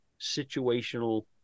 situational